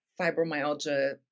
fibromyalgia